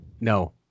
No